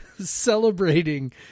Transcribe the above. celebrating